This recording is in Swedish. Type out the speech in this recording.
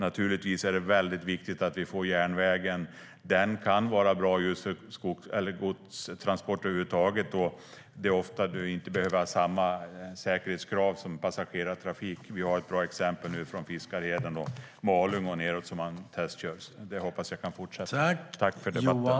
Naturligtvis är det viktigt att vi får järnvägen. Den kan vara bra för godstransporter över huvud taget, och ofta behövs inte samma säkerhetskrav som för passagerartrafik. Vi har ett bra exempel från Fiskarheden, Malung och nedåt, där man testkör. Jag hoppas att det kan fortsätta.